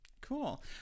Cool